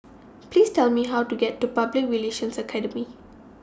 Please Tell Me How to get to Public Relations Academy